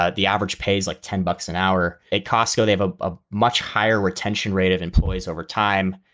ah the average pay is like ten bucks an hour. a costco, they have ah a much higher retention rate of employees over time.